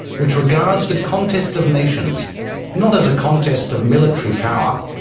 which regards the contest of nations not as a contest of military power,